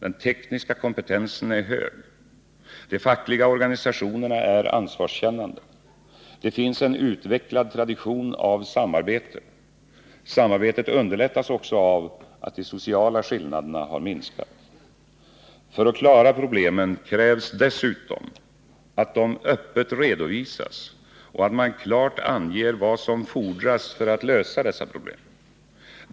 Den tekniska kompetensen är hög. De fackliga organisationerna är ansvarskännande. Det finns en utvecklad tradition av samarbete. Samarbetet underlättas också av att de sociala skillnaderna har minskat. För att klara problemen krävs dessutom att de öppet redovisas och att man klart anger vad som fordras för att lösa dessa problem.